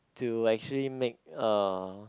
to like actually make uh